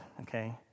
okay